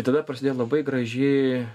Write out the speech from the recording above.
tada prasidėjo labai graži